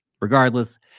Regardless